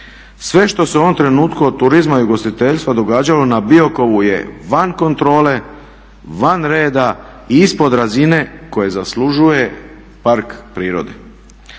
Sve što se u ovom trenutku od turizma i ugostiteljstva događalo na Biokovu je van kontrole, van reda i ispod razine koje zaslužuje park prirode.